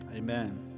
Amen